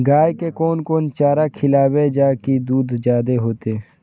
गाय के कोन कोन चारा खिलाबे जा की दूध जादे होते?